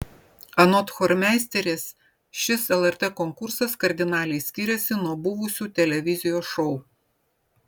anot chormeisterės šis lrt konkursas kardinaliai skiriasi nuo buvusių televizijos šou